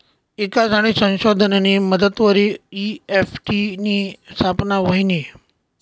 ईकास आणि संशोधननी मदतवरी एन.ई.एफ.टी नी स्थापना व्हयनी